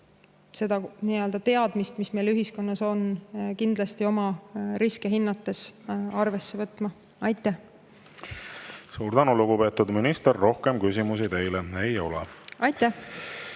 ka teadmist, mis meil ühiskonnas on, kindlasti oma riske hinnates arvesse võtma. Suur tänu, lugupeetud minister! Rohkem küsimusi teile ei ole. Aitäh!